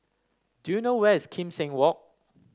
do you know where is Kim Seng Walk